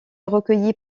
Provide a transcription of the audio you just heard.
recueilli